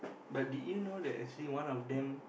but did you know that actually one of them